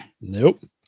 Nope